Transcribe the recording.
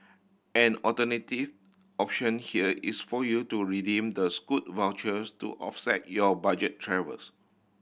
an alternative option here is for you to redeem the Scoot vouchers to offset your budget travels